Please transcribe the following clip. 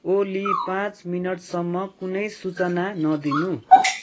ओली पाँच मिनटसम्म कुनै सूचना नदिनू